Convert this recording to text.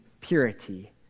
purity